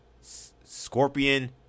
Scorpion